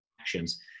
actions